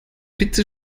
bitte